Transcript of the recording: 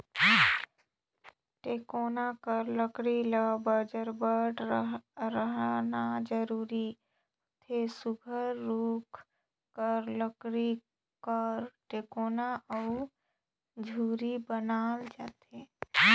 टेकोना कर लकरी ल बजरबट रहना जरूरी होथे सुग्घर रूख कर लकरी कर टेकोना अउ धूरी बनाल जाथे